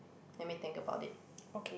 let me think about it